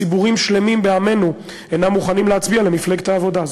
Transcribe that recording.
ציבורים שלמים בעמנו אינם מוכנים להצביע למפלגת העבודה,